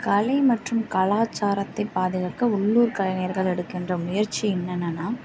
கலை மற்றும் கலாச்சாரத்தை பாதுகாக்க உள்ளூர் கலைஞர்கள் எடுக்கின்ற முயற்சி என்னென்னால்